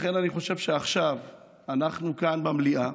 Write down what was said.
לכן אני חושב שעכשיו אנחנו כאן במליאה